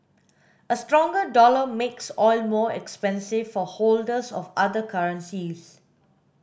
a stronger dollar makes oil more expensive for holders of other currencies